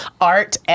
art